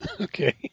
Okay